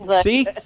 see